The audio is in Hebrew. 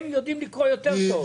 הם יודעים לקרוא יותר טוב.